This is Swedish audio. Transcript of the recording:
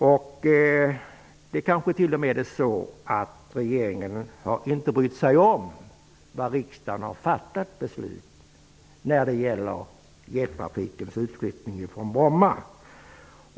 Det är kanske t.o.m. så att regeringen inte har brytt sig om vilket beslut riksdagen har fattat om jettrafikens utflyttning från Bromma.